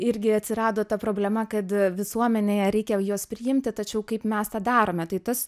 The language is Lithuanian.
irgi atsirado ta problema kad visuomenėje reikia juos priimti tačiau kaip mes tą darome tai tas